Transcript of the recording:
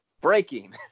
Breaking